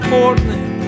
Portland